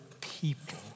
people